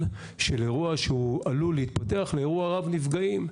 של אירוע שהוא עלול להתפתח לאירוע רב נפגעים.